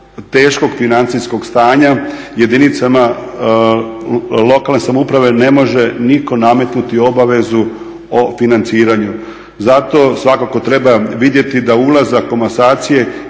teškog financijskog stanja jedinicama lokalne samouprave ne može nitko nametnuti obavezu o financiranju, zato svakako treba vidjeti da ulazak komasacije